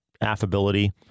affability